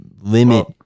limit